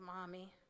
mommy